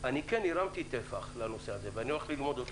במקרה שלנו זה קטינים במרחב המקוון בין הם נפגעו ובין הם חסומים לפגיעה